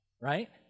right